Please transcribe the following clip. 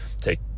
take